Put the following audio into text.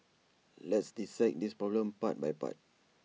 let's dissect this problem part by part